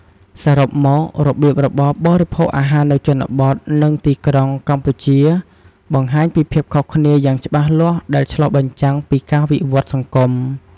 សរុបមក របៀបរបបរិភោគអាហារនៅជនបទ និងទីក្រុងកម្ពុជាបង្ហាញពីភាពខុសគ្នាយ៉ាងច្បាស់លាស់ដែលឆ្លុះបញ្ចាំងពីការវិវត្តន៍សង្គម។